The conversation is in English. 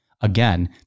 Again